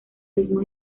ritmo